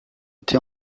été